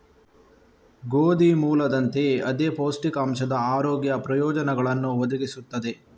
ಗೋಧಿ ಮೂಲದಂತೆಯೇ ಅದೇ ಪೌಷ್ಟಿಕಾಂಶದ ಆರೋಗ್ಯ ಪ್ರಯೋಜನಗಳನ್ನು ಒದಗಿಸುತ್ತದೆ